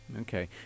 Okay